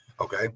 Okay